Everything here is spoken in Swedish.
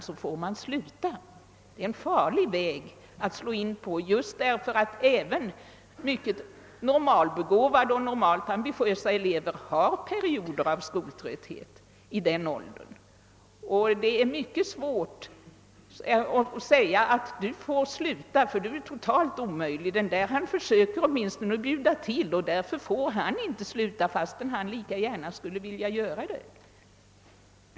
Det är en mycket farlig väg att slå in på just därför att även mycket normalbegåvade och normalt ambitiösa elever har perioder av skoltrötthet i den åldern. Det är mycket svårt att säga till en elev: Du får sluta skolan; du är totalt omöjlig! Den där pojken försöker åtminstone bjuda till, och därför får han inte sluta fastän han också lika gärna skulle vilja göra det.